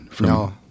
No